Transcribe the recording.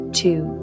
two